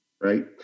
right